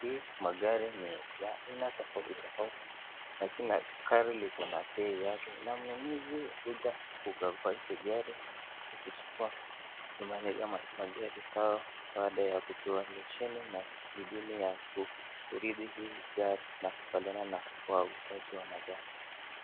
hii magari ni ya aina tofauti tofauti na kila gari liko na bei yake na mnunuzi hukuja kukagua hizi gari na kuzichukua magari zao baada ya kupewa leseni na idhini ya kuridhi hii gari unakubaliana na wauzaji wa magari.